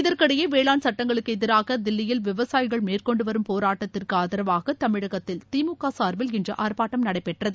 இதற்கிடையே வேளாண் சுட்டங்களுக்கு எதிராக தில்லியில் விவசாயிகள் மேற்கொண்டு வரும் போராட்டத்துக்கு ஆதரவாக தமிழகத்தில் திமுக சார்பில் இன்று ஆர்ப்பாட்டம் நடைபெற்றது